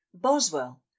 Boswell